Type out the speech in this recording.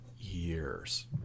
years